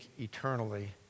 eternally